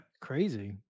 crazy